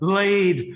laid